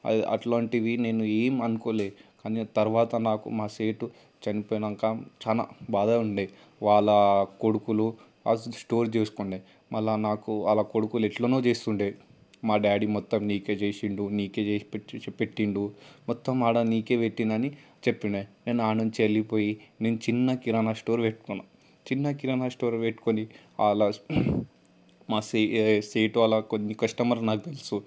అట్లాంటివి నేను ఏమనుకోలే కానీ తర్వాత నాకు మా సేటు చనిపోయినంక చాలా బాధగా ఉండే వాళ్ళ కొడుకులు ఆ స్టోర్ చూసుకుండే మళ్ళా నాకు వాళ్ళ కొడుకులు ఎట్లనో చేస్తుండే మా డాడీ మొత్తం నీకే చేసిండు నీకే చేసి పెట్టి పెట్టిండు మొత్తం ఆడ నీకే పెట్టిండు అని చెప్పిండు నేను ఆడనుంచి వెళ్ళిపోయి నేను చిన్న కిరాణా స్టోర్ పెట్టుకున్న చిన్న కిరాణా స్టోర్ పెట్టుకొని అలా మా సే సేటు వల్ల కొన్ని కస్టమర్స్ నాకు తెలుసు